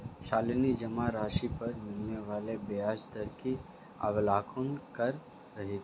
शालिनी जमा राशि पर मिलने वाले ब्याज दर का अवलोकन कर रही थी